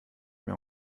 mehr